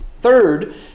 Third